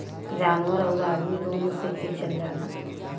जानवर आउर अदमी दुनो से खिचल जाला